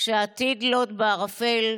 כשהעתיד לוט בערפל,